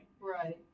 Right